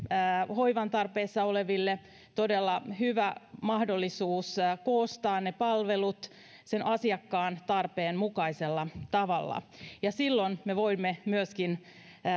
hoivan tarpeessa oleville todella hyvä mahdollisuus koostaa palvelut asiakkaan tarpeen mukaisella tavalla ja silloin me voimme myöskin